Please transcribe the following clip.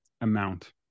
amount